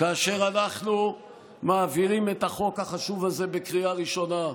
כאשר אנחנו מעבירים את החוק החשוב הזה בקריאה ראשונה,